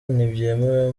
ntibyemewe